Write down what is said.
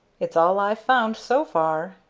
it's all i've found so far,